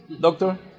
doctor